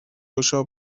گشا